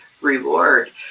reward